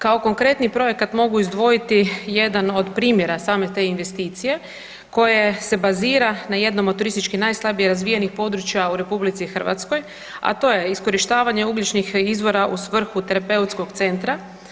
Kao konkretni projekat mogu izdvojiti jedan od primjera same te investicije koje se bazira na jednom od turistički najslabije razvijenih područja u RH, a to je iskorištavanje ugljičnih izvora u svrhu terapeutskog centra.